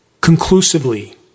conclusively